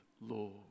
Lord